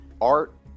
art